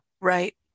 right